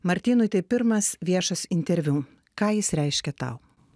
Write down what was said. martynui tai pirmas viešas interviu ką jis reiškia tau